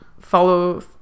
follow